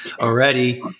already